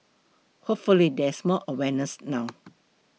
hopefully there is more awareness now